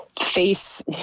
face